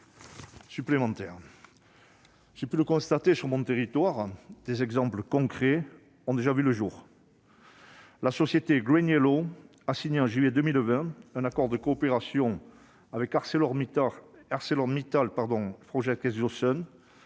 J'ai pu le constater dans mon territoire, des exemples concrets ont déjà vu le jour. La société GreenYellow a signé, en juillet 2020, un accord de coopération avec ArcelorMittal Projects Exosun,